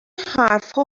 حرفها